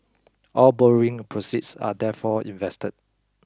all borrowing proceeds are therefore invested